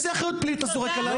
איזו אחריות פלילית אתה זורק עלי?